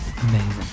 amazing